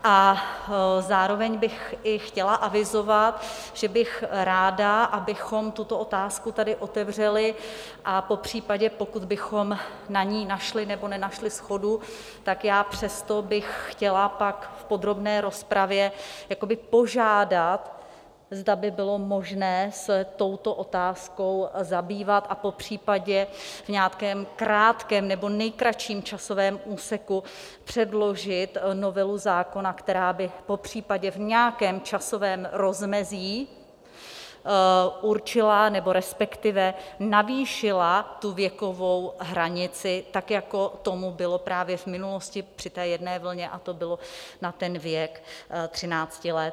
A zároveň bych i chtěla avizovat, že bych ráda, abychom tuto otázku tady otevřeli, a popřípadě, pokud bychom na ní našli nebo nenašli shodu, tak já přesto bych chtěla pak v podrobné rozpravě požádat, zda by bylo možné se touto otázkou zabývat a popřípadě v nějakém krátkém nebo nejkratším časovém úseku předložit novelu zákona, která by popřípadě v nějakém časovém rozmezí určila nebo respektive navýšila tu věkovou hranici tak, jako tomu bylo právě v minulosti při té jedné vlně, a to bylo na věk třináct let.